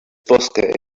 bosca